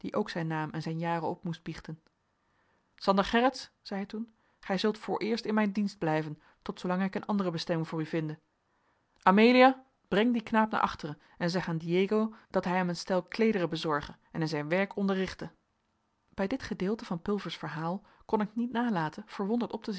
ook zijn naam en zijn jaren op moest biechten sander gerritz zei hij toen gij zult vooreerst in mijn dienst blijven tot zoolang ik een andere bestemming voor u vinde amelia breng dien knaap naar achteren en zeg aan diego dat hij hem een stel kleederen bezorge en in zijn werk onderrichte bij dit gedeelte van pulvers verhaal kon ik niet nalaten verwonderd op te